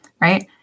right